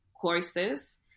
courses